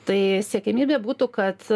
tai siekiamybė būtų kad